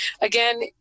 again